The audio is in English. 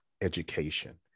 education